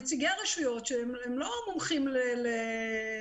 נציגי הרשויות הם לא מומחים לתחבורה.